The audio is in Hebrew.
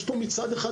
מצד אחד,